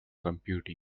computing